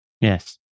yes